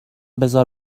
بزار